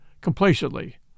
complacently